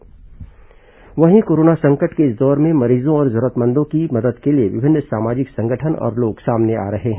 corona जनसहयोग वहीं corona संकट के इस दौर में मरीजों और जरूरतमंदों की मदद के लिए विभिन्न सामाजिक संगठन और लोग सामने आ रहे हैं